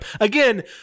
Again